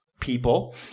people